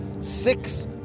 six